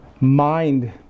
mind